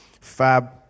Fab